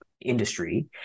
industry